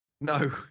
No